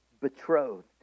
betrothed